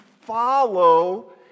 follow